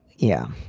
yeah.